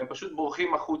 והם פשוט בורחים החוצה.